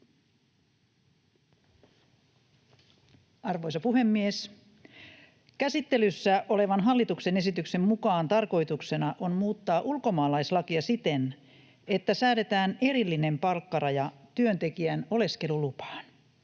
Arvoisa puhemies! Käsittelyssä olevan hallituksen esityksen mukaan tarkoituksena on muuttaa ulkomaalaislakia siten, että säädetään erillinen palkkaraja työntekijän oleskelulupaan.